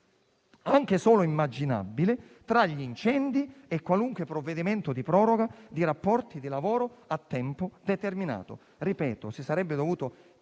anche solo immaginabile, tra gli incendi e qualunque provvedimento di proroga di rapporti di lavoro a tempo determinato. Lo ripeto: si sarebbe dovuto